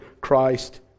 Christ